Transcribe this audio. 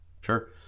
Sure